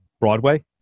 Broadway